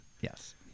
Yes